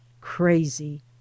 CRAZY